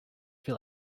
feel